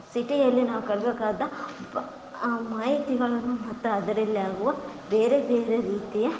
ಸಿಟಿಯಲ್ಲಿ ನಾವು ಕಲಿಬೇಕಾದ ಮಾಹಿತಿಗಳನ್ನು ಮತ್ತು ಅದರಲ್ಲಿ ಆಗುವ ಬೇರೆ ಬೇರೆ ರೀತಿಯ